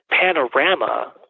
panorama